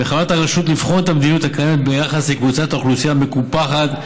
בכוונת הרשות לבחון את המדיניות הקיימת ביחס לקבוצת האוכלוסייה המקופחת,